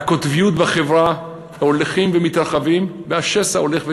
והקוטביות בחברה הולכת ומתחדדת והשסע הולך וגדל.